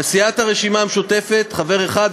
לסיעת הרשימה המשותפת חבר אחד,